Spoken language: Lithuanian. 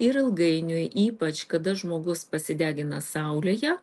ir ilgainiui ypač kada žmogus pasidegina saulėje